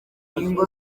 inkingo